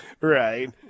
Right